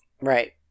Right